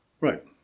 Right